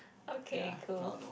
okay cool